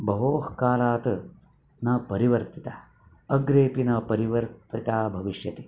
बहु कालात् न परिवर्तिता अग्रेऽपि न परिवर्तिता भविष्यति